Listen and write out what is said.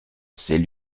c’est